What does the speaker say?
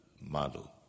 model